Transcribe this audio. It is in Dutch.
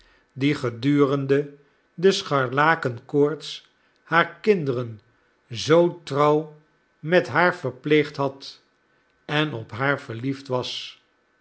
die gedurende de scharlakenkoorts haar kinderen zoo trouw met haar verpleegd had en op haar verliefd was